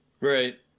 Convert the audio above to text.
Right